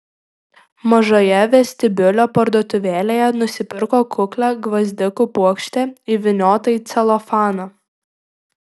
mažoje vestibiulio parduotuvėlėje nusipirko kuklią gvazdikų puokštę įvyniotą į celofaną